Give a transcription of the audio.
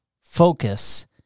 focus